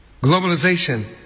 Globalization